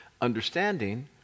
Understanding